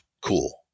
cool